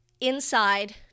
inside